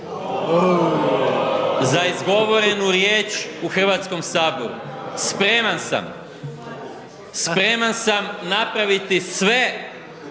za izgovorenu riječ u Hrvatskom saboru, spreman sam napraviti sve